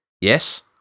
Yes